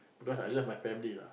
because I love my family lah